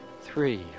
Three